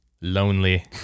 lonely